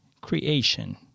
creation